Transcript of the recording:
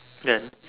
then